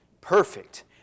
perfect